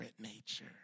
nature